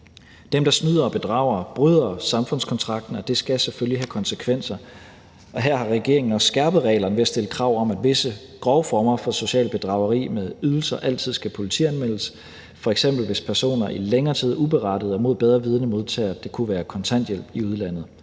Dem, der snyder og bedrager, bryder samfundskontrakten, og det skal selvfølgelig have konsekvenser. Her har regeringen også skærpet reglerne ved at stille krav om, at visse grove former for socialt bedrageri med ydelser altid skal politianmeldes, f.eks. hvis personer i længere tid uberettiget og mod bedre vidende modtager, det kunne være kontanthjælp i udlandet.